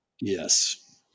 Yes